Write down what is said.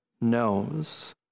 knows